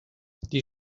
die